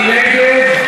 מי נגד?